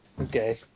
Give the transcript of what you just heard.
Okay